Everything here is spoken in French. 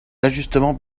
d’ajustement